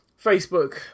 Facebook